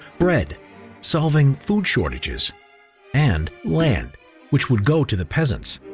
bread solving food shortages and land which would go to the peasants.